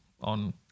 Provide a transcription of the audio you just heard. on